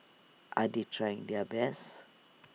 are they trying their best